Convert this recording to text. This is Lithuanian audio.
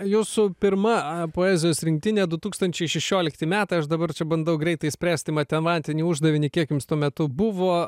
jūsų pirma poezijos rinktinė du tūkstančiai šešiolikti metai aš dabar čia bandau greitai išspręsti matematinį uždavinį kiek jums tuo metu buvo